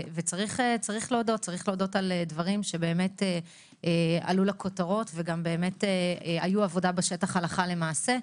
צריך להודות על דברים שעלו לכותרות והיו עבודה בשטח הלכה למעשה.